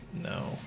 no